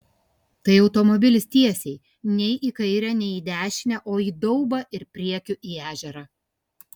tai automobilis tiesiai nei į kairę nei į dešinę o į daubą ir priekiu į ežerą